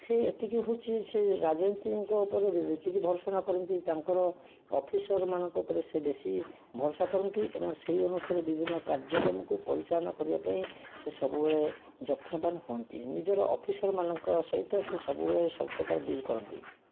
ସେ ଏତିକି ହଉଚି ସେ ରାଜନୀତିଙ୍କ ଉପରେ ଯେତିକି ଭରସା ନ କରନ୍ତି ତାଙ୍କର ଅଫିସର ମାନଙ୍କ ଉପରେ ସେ ବେଶି ଭରସା କରନ୍ତି ଏବଂ ସେହି ଅନୁସାରେ ବିଭିନ୍ନ କାର୍ଯ୍ୟକ୍ରମକୁ ପରିଚାଳନା କରିବା ପାଇଁ ସେ ସବୁବେଳେ ଯତ୍ନବାନ ହୁଅନ୍ତି ନିଜର ଅଫିସର ମାନଙ୍କ ସହିତ ସେ ସବୁବେଳେ ସବୁପ୍ରକାର ଡିଲ୍ କରନ୍ତି